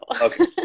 Okay